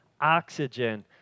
oxygen